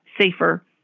safer